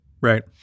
Right